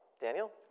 Daniel